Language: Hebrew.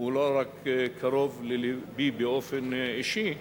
לא רק קרוב ללבי באופן אישי,